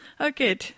Okay